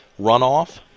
runoff